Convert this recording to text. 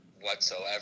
whatsoever